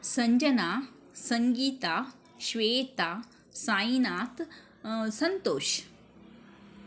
Sanjana Sangeetha Shweta Sainath Santosh